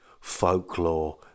folklore